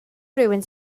rywun